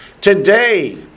Today